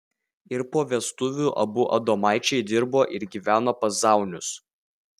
ir po vestuvių abu adomaičiai dirbo ir gyveno pas zaunius